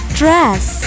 dress